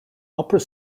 opera